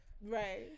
Right